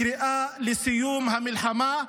קריאה לסיום המלחמה,